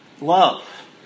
love